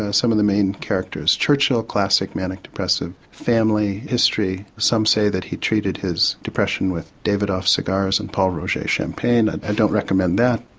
ah some of the main characters churchill a classic manic depressive, family history some say that he treated his depression with davidoff cigars and paul roget champagne and i don't recommend that.